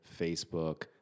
Facebook